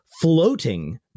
floating